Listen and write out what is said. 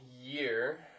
year